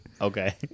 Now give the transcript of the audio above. okay